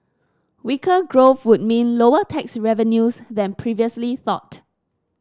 weaker growth would mean lower tax revenues than previously thought